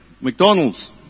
McDonald's